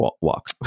walk